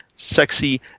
sexy